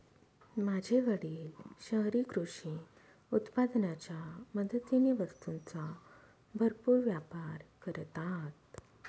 माझे वडील शहरी कृषी उत्पादनाच्या मदतीने वस्तूंचा भरपूर व्यापार करतात